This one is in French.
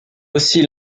aussi